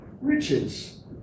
riches